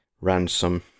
Ransom